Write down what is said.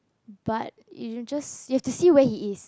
but you should just you have to see where he is